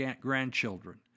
grandchildren